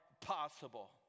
possible